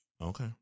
Okay